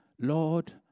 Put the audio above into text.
Lord